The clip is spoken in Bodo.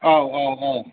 औ औ औ